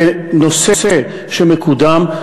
כנושא שמקודם,